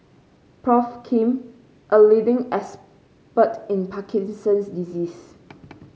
Prof Kim a leading expert in Parkinson's disease